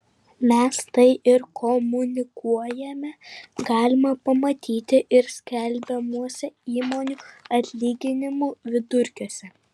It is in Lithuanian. mes tai ir komunikuojame galima pamatyti ir skelbiamuose įmonių atlyginimų vidurkiuose